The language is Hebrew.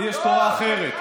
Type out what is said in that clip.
לי יש תורה אחרת.